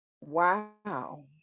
wow